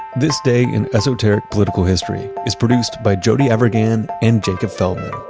this day in esoteric political history is produced by jody avirgan and jacob feldman.